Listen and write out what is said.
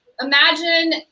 imagine